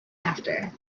after